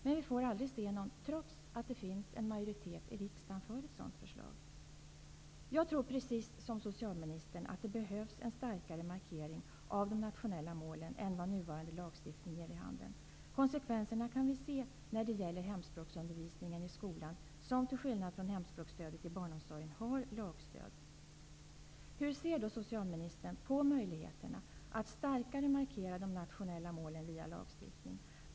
Men vi får aldrig se någon, trots att det finns majoritet i riksdagen för ett sådant förslag. Jag tror, precis som socialministern, att det behövs en starkare markering av de nationella målen än vad nuvarande lagstiftning ger vid handen. Konsekvenserna kan vi se när det gäller hemspråksundervisningen i skolan, som till skillnad från hemspråksstödet i barnomsorgen har lagstöd. Hur ser socialministern på möjligheterna att starkare markera de nationella målen via lagstiftning?